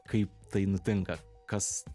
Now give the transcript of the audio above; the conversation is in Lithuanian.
kaip tai nutinka kas